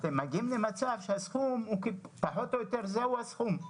אתם מגיעים למצב שפחות או יותר זה הסכום.